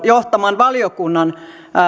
johtaman valiokunnan